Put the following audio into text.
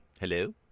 hello